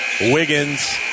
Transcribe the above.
Wiggins